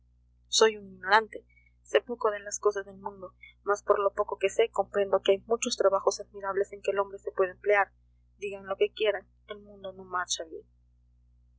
soy un ignorante sé poco de las cosas del mundo mas por lo poco que sé comprendo que hay muchos trabajos admirables en que el hombre se puede emplear digan lo que quieran el mundo no marcha bien